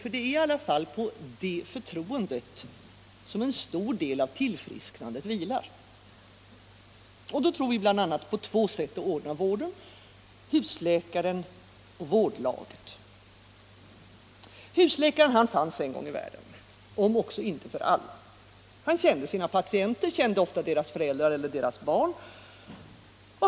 För det är i falla fall på det förtroendet som en stor del av tillfrisknandet vilar. Vi tror då bl.a. på två sätt att ordna vården: husläkaren och vårdlaget. Husläkaren fanns en gång i världen — om också inte för alla. Han kände sina patienter, även deras föräldrar eller barn.